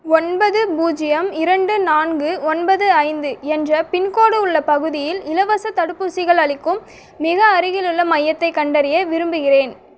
ஒன்பது பூஜ்ஜியம் இரண்டு நான்கு ஒன்பது ஐந்து என்ற பின்கோட் உள்ள பகுதியில் இலவசத் தடுப்பூசிகள் அளிக்கும் மிக அருகிலுள்ள மையத்தைக் கண்டறிய விரும்புகிறேன்